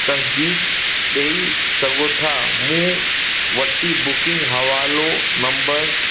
तसदीक़ ॾेई सघो था मूं वटि बुकिंग हवालो नंबर